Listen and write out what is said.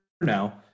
now